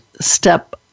step